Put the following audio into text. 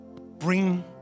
bring